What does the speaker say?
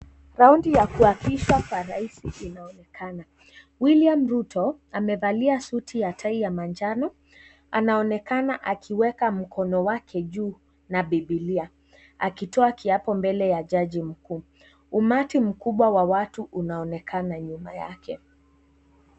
Raondi ya kuapisha rais inaonekana William Ruttoh amevalia tai na suti ya rangi ya manjano. Anaonekana akiweka mkono wake juu na bibilia akitoa kiapo mbele ya jaji mkuu , umati mkubwa wa watu inaonekana nyuma yake.